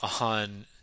on